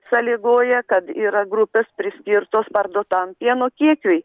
sąlygoja kad yra grupės priskirtos parduotam pieno kiekiui